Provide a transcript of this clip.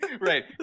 Right